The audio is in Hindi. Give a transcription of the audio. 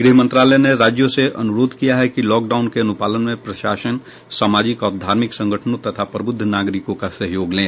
गृह मंत्रालय ने राज्यों से अनुरोध किया है कि लॉकडाउन के अनुपालन में प्रशासन सामाजिक और धार्मिक संगठनों तथा प्रबुद्ध नागरिकों का सहयोग लें